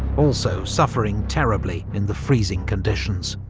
also suffering terribly in the freezing conditions.